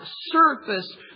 surface